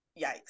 yikes